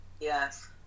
Yes